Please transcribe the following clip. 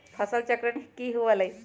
फसल चक्रण की हुआ लाई?